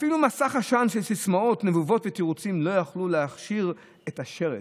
אפילו מסך עשן של סיסמאות נבובות ותירוצים לא יכלו להכשיר את השרץ.